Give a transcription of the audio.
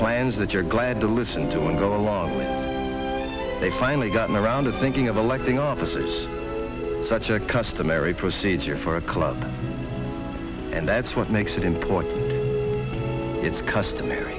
plans that you're glad listen to him go along they finally got around to thinking of electing office is such a customary procedure for a club and that's what makes it important it's customary